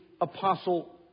Apostle